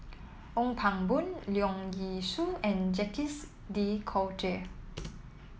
Ong Pang Boon Leong Yee Soo and Jacques De Coutre